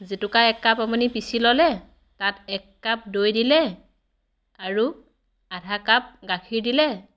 জেতুকা একাপ আপুনি পিচি ল'লে তাত এক কাপ দৈ দিলে আৰু আধা কাপ গাখীৰ দিলে